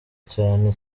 cyane